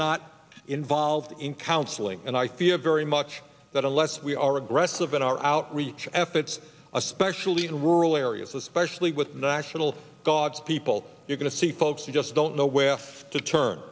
not involved in counseling and i we have very much that unless we are aggressive in our outreach efforts especially in rural areas especially with national guards people you're going to see folks who just don't know where to turn